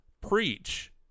preach